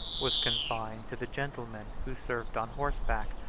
was confined to the gentlemen who served on horseback,